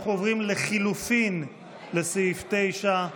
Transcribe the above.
אנחנו עוברים לסעיף 9 לחלופין.